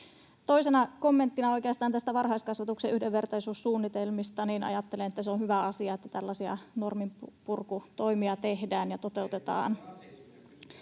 oikeastaan näistä varhaiskasvatuksen yhdenvertaisuussuunnitelmista, ajattelen, että se on hyvä asia, että tällaisia norminpurkutoimia tehdään ja toteutetaan.